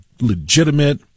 legitimate